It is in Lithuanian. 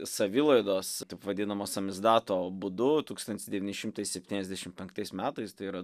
savilaidos taip vadinamo samizdato būdu tūkstantis devyni šimtai septyniasdešim penktais metais tai yra